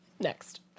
Next